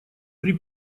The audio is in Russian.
при